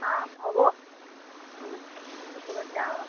অ হ'ব অ তই ক'বাত যাৱ